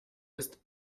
ist